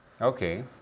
Okay